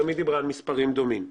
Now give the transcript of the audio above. גם היא דיברה על מספרים דומים.